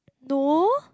no